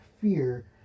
fear